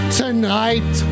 tonight